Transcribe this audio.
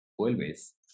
Vuelves